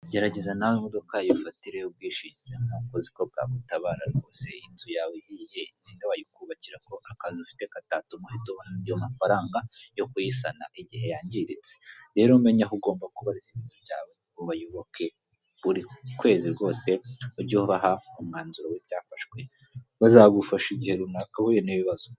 Gerageza nawe imodoka yawe uyifatire ubwishingizi nk'uko uziko bwagutabara rwose, inzu yawe ihiye ni inde wakubakira ko akantu ufite katatuma uhita ubona andi mafaranga yo kuyisana igihe yangiritse, rero menye aho ugomba kubaririza ibintu byawe ngo ubayoboke buri kwezi rwose ujye ubaha umwanzuro w'ibyafashwe bazagufasha igihe runaka uhuye n'ibibazo.